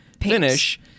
finish